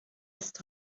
ist